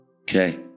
Okay